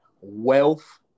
wealth